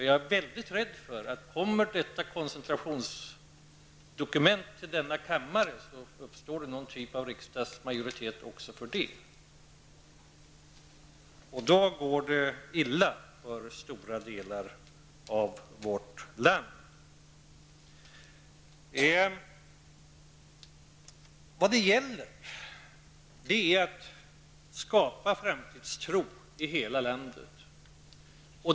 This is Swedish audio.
Jag är mycket rädd för att om detta koncentrationsdokument kommer till denna kammare, uppstår det någon typ av riksdagsmajoritet också för det. Då går det illa för stora delar av vårt land. Det gäller att skapa framtidstro i hela landet.